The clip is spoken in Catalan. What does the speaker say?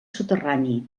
soterrani